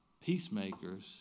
peacemakers